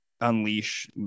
unleash